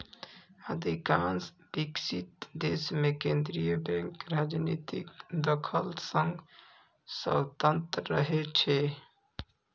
अधिकांश विकसित देश मे केंद्रीय बैंक राजनीतिक दखल सं स्वतंत्र रहै छै